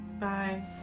Bye